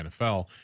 NFL